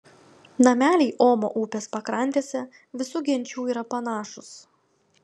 nameliai omo upės pakrantėse visų genčių yra panašūs